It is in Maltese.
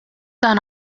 dan